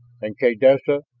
and kaydessa,